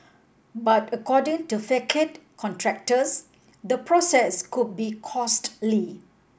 but according to facade contractors the process could be costly